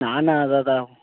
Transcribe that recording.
না না দাদা